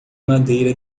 madeira